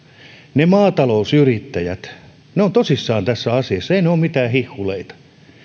ne maatalousyrittäjät ovat tosissaan tässä asiassa eivät he ole mitään hihhuleita